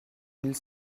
mille